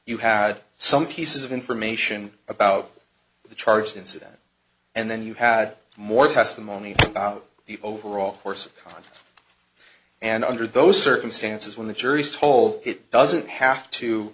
you had some pieces of information about the charge incident and then you had more testimony about the overall course and under those circumstances when the jury's told it doesn't have to